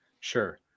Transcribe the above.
Sure